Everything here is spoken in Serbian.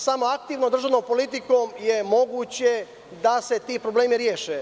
Samo aktivnom državnom politikom je moguće da se ti problemi reše.